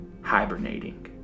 hibernating